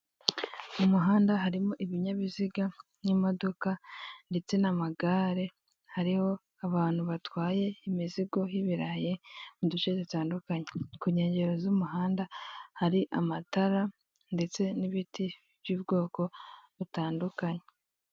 Mu muhanda harimo ibinyabiziga n'imodoka ndetse n'amagare, hariho abantu batwaye imizigo y'ibirayi mu duce dutandukanye. Ku nkengero z'umuhanda hari amatara ndetse n'ibiti by'ubwoko butandukanye.